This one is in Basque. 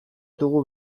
dugu